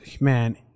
man